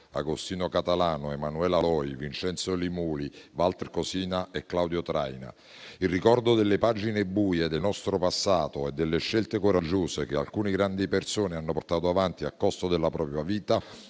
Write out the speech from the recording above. Agostino Catalano, Emanuela Loi, Vincenzo Li Muli, Walter Cosina e Claudio Traina, il ricordo delle pagine buie del nostro passato e delle scelte coraggiose che alcuni grandi persone hanno portato avanti a costo della propria vita